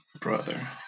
brother